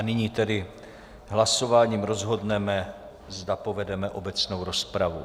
Nyní hlasováním rozhodneme, zda povedeme obecnou rozpravu.